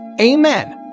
Amen